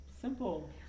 simple